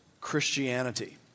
Christianity